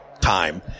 time